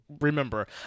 remember